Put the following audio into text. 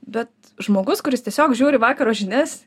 bet žmogus kuris tiesiog žiūri vakaro žinias